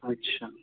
अच्छा